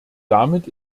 damit